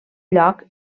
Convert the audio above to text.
lloc